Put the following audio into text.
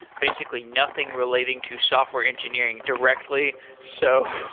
basically nothing relating to software engineering directly so